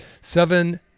seven